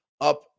up